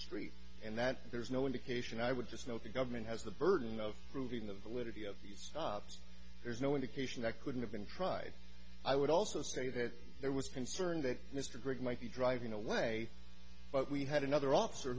street and that there's no indication i would just note the government has the burden of proving the village idiot stops there's no indication that couldn't have been tried i would also say that there was concern that mr grig might be driving away but we had another officer